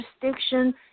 jurisdiction